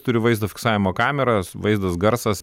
turiu vaizdo fiksavimo kameras vaizdas garsas